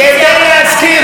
כדי להזכיר לך,